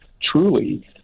truly